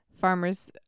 Farmers